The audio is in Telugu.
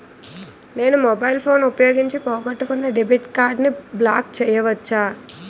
నేను మొబైల్ ఫోన్ ఉపయోగించి పోగొట్టుకున్న డెబిట్ కార్డ్ని బ్లాక్ చేయవచ్చా?